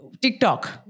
TikTok